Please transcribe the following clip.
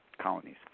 colonies